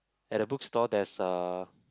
at the book store there's a